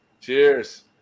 Cheers